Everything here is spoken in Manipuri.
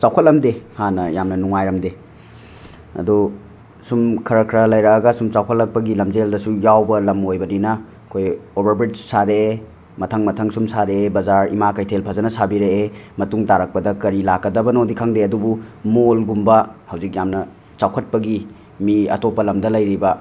ꯆꯥꯎꯈꯠꯂꯝꯗꯦ ꯍꯥꯟꯅ ꯌꯥꯝꯅ ꯅꯨꯡꯉꯥꯏꯔꯝꯗꯦ ꯑꯗꯣ ꯁꯨꯝ ꯈꯔ ꯈꯔ ꯂꯩꯔꯛꯑꯒ ꯁꯨꯝ ꯆꯥꯎꯈꯠꯂꯛꯄꯒꯤ ꯂꯝꯖꯦꯜꯗꯁꯨ ꯌꯥꯎꯕ ꯂꯝ ꯑꯣꯏꯕꯅꯤꯅ ꯑꯩꯈꯣꯏ ꯑꯣꯕꯔ ꯕ꯭ꯔꯤꯖ ꯁꯥꯔꯛꯑꯦ ꯃꯊꯪ ꯃꯊꯪ ꯁꯨꯝ ꯁꯥꯔꯛꯑꯦ ꯕꯖꯥꯔ ꯏꯃꯥ ꯀꯩꯊꯦꯜ ꯐꯖꯅ ꯁꯥꯕꯤꯔꯛꯑꯦ ꯃꯇꯨꯡ ꯇꯥꯔꯛꯄꯗ ꯀꯔꯤ ꯂꯥꯛꯀꯗꯕꯅꯣꯗꯤ ꯈꯪꯗꯦ ꯑꯗꯨꯕꯨ ꯃꯣꯜꯒꯨꯝꯕ ꯍꯧꯖꯤꯛ ꯌꯥꯝꯅ ꯆꯥꯎꯈꯠꯄꯒꯤ ꯃꯤ ꯑꯇꯣꯞꯄ ꯂꯝꯗ ꯂꯩꯔꯤꯕ